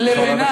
לוקח סמים.